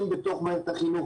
החינוך.